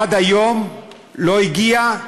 עד היום לא הגיעה